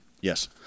Yes